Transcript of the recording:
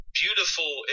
beautiful